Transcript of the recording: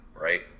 Right